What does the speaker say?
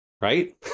right